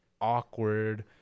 awkward